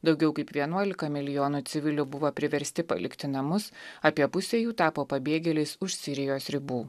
daugiau kaip vienuolika milijonų civilių buvo priversti palikti namus apie pusė jų tapo pabėgėliais už sirijos ribų